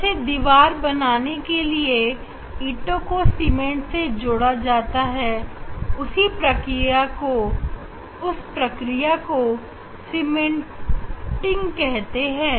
जैसे दीवार बनाने के लिए ईटों को सीमेंट से जोड़ा जाता है और उस प्रक्रिया को सीमेंटइंग कहते हैं